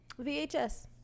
VHS